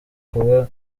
kuba